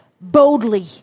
boldly